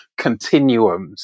continuums